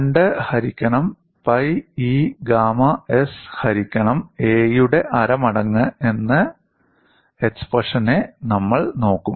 "2 ഹരിക്കണം pi E gamma s ഹരിക്കണം a" യുടെ അര മടങ്ങ് എന്ന് എക്സ്പ്രെഷൻനെ നമ്മൾ നോക്കും